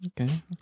Okay